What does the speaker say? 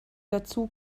dazu